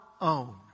own